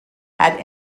had